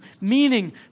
meaning